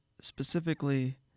specifically